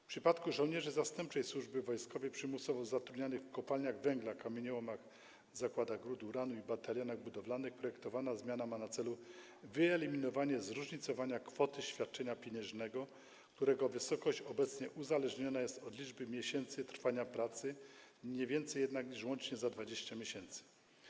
W przypadku żołnierzy zastępczej służby wojskowej przymusowo zatrudnianych w kopalniach węgla, kamieniołomach, zakładach rud uranu i batalionach budowlanych projektowana zmiana ma na celu wyeliminowanie zróżnicowania kwoty świadczenia pieniężnego, którego wysokość obecnie uzależniona jest od liczby miesięcy trwania pracy, nie więcej jednak niż łącznie za 20 miesięcy.